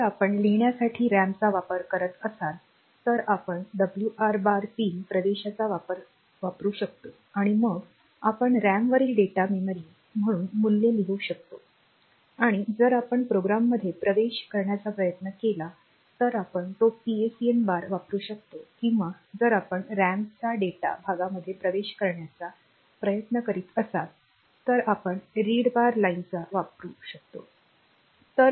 जर आपण लिहिण्याकरिता रॅमचा वापरत असाल तर आपण WR बार पिन प्रवेशचा वापरू शकतो आणि मग आपण रॅमवरील डेटा मेमरी म्हणून मूल्ये लिहू शकतो आणि जर आपण प्रोग्राममध्ये प्रवेश करण्याचा प्रयत्न केला तर आपण तो PSEN बार वापरू शकतो किंवा जर आपण रॅमच्या डेटा भागामध्ये प्रवेश करण्याचा प्रयत्न करीत असाल तर आपण रीड बार लाइनचा वापरू शकतो